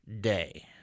day